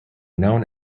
known